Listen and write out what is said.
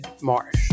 Marsh